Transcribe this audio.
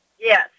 Yes